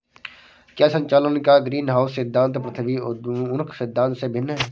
क्या संचालन का ग्रीनहाउस सिद्धांत पृथ्वी उन्मुख सिद्धांत से भिन्न है?